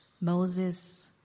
Moses